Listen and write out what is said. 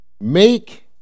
make